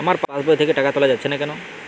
আমার পাসবই থেকে টাকা তোলা যাচ্ছে না কেনো?